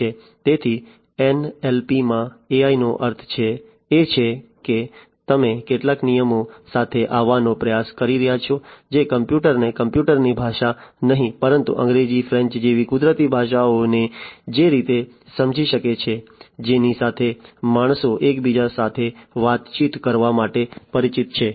તેથી NLPમાં AIનો અર્થ એ છે કે તમે કેટલાક નિયમો સાથે આવવાનો પ્રયાસ કરી રહ્યાં છો જે કમ્પ્યુટરને કમ્પ્યુટરની ભાષા નહીં પરંતુ અંગ્રેજી ફ્રેન્ચ જેવી કુદરતી ભાષાઓને જે રીતે સમજી શકે છે જેની સાથે માણસો એકબીજા સાથે વાતચીત કરવા માટે પરિચિત છે